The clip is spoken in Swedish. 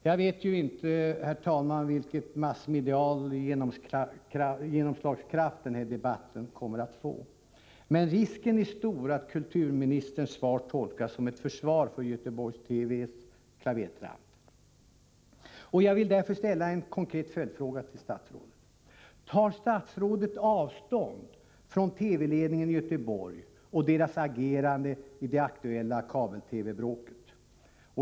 Jag vet inte, herr talman, vilken massmedial genomslagskraft denna debatt kommer att få, men risken är stor att kulturministerns svar tolkas såsom ett försvar för Göteborgs TV:s klavertramp. Jag vill därför ställa en konkret följdfråga till statsrådet: Tar statsrådet avstånd från TV-ledningen i Göteborg och dess agerande i det aktuella kabel-TV-bråket?